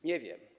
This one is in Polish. Nie wiem.